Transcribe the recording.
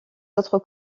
autres